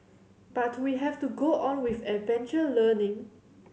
but we have to go on with adventure learning